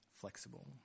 flexible